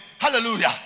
hallelujah